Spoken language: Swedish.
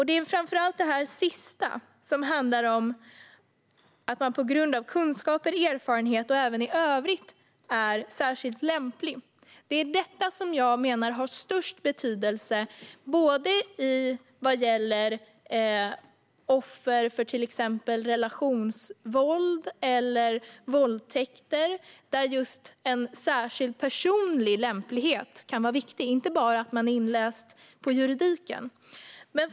Det är framför allt det sista, som handlar om att man på grund av kunskaper och erfarenheter och även i övrigt är särskilt lämplig, som jag menar har störst betydelse vad gäller både offer för till exempel relationsvåld och offer för våldtäkter. Där kan just en särskild personlig lämplighet vara viktig. Det handlar inte bara om att man är inläst på juridiken.